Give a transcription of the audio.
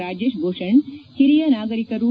ರಾಜೇಶ್ ಭೂಷಣ್ ಹಿರಿಯ ನಾಗರಿಕರೂ